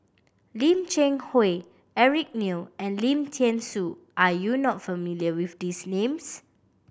Lim Cheng Hoe Eric Neo and Lim Thean Soo are you not familiar with these names